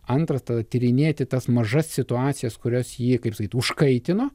antra tyrinėti tas mažas situacijas kurios jį kaip sakyt užkaitino